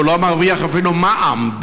כי הוא לא מרוויח אפילו מע"מ,